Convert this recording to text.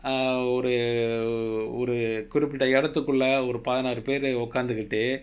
ஒரு ஒரு குறிப்பிட்ட காலத்துக்குள்ள ஒரு பதினாறு பேரு உக்காந்துகிட்டு:oru oru kurippitta kaalattukkulla oru pathinaaru peru ukkanthukittu